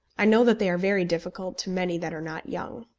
i know that they are very difficult to many that are not young.